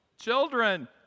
children